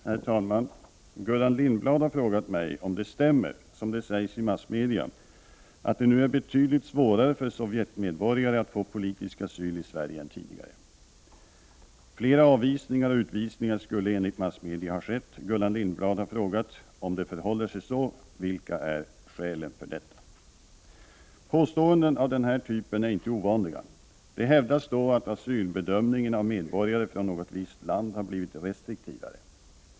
Herr talman! Gullan Lindblad har frågat mig om det stämmer, som det sägs i massmedia, att det nu är betydligt svårare än tidigare för sovjetmedborgare att få politisk asyl i Sverige. Flera avvisningar och utvisningar skulle enligt massmedia ha skett. Gullan Lindblad har frågat om det förhåller sig så, och vilka skälen är för det. Påståenden av den här typen är inte ovanliga. Det hävdas då att asylbedömningen av medborgare från något visst land har blivit restriktivare.